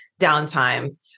downtime